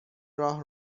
راه